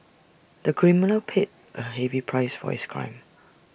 the criminal paid A heavy price for his crime